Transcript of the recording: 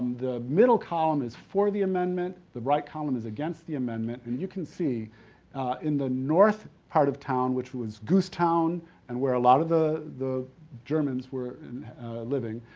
the middle column is for the amendment, the right column is against the amendment, and you can see in the north part of town, which was goose town and where a lot of the the germans were living,